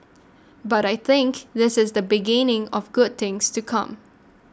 but I think this is the beginning of good things to come